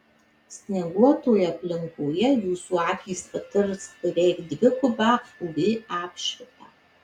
snieguotoje aplinkoje jūsų akys patirs beveik dvigubą uv apšvitą